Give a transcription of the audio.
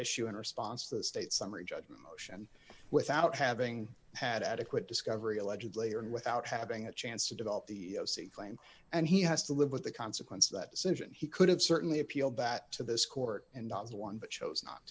issue in response to the state's summary judgment motion without having had adequate discovery allegedly and without having a chance to develop the claim and he has to live with the consequence of that decision he could have certainly appealed that to this court and not the one but chose not